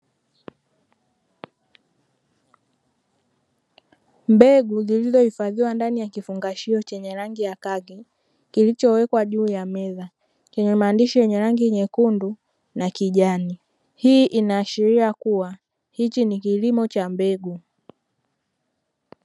Mbegu zilizohifadhiwa ndani ya kifungashio chenye rangi ya kaki, kilichowekwa juu ya meza, chenye maandishi yenye rangi nyekundu na kijani. Hii inaashiria kuwa hiki ni kilimo cha mbegu.